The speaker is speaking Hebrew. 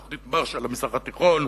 תוכנית מרשל למזרח התיכון,